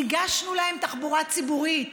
הנגשנו להם תחבורה ציבורית,